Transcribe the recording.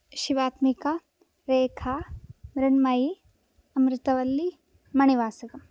Shivatmika Rekha Mrinmayi Amritavalli Manivasakam